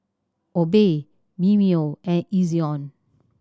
Obey Mimeo and Ezion